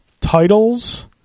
titles